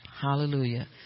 Hallelujah